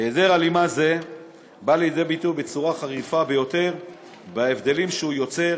היעדר הלימה זה בא לידי ביטוי בצורה חריפה ביותר בהבדלים שהוא יוצר